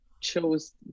chose